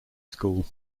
school